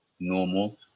normal